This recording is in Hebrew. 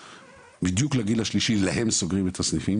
בדיוק לגיל השלישי להם סוגרים את הסניפים,